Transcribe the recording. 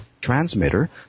transmitter